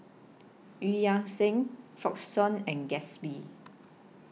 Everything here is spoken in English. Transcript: EU Yan Sang Frixion and Gatsby